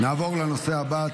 נעבור לנושא הבא,